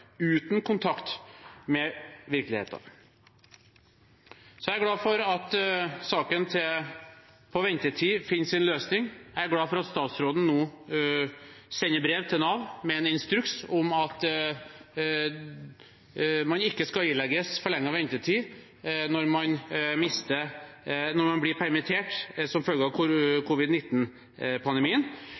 uten kontakt med virkeligheten. Så er jeg glad for at saken om ventetid finner sin løsning. Jeg er glad for at statsråden nå sender brev til Nav med en instruks om at man ikke skal ilegges forlenget ventetid når man blir permittert som følge av